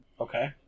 Okay